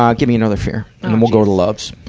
um give me another fear. and then we'll go to loves.